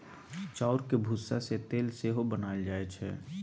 चाउरक भुस्सा सँ तेल सेहो बनाएल जाइ छै